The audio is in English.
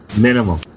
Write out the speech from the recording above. minimum